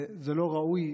זה לא ראוי,